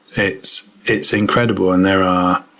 it's it's incredible and there are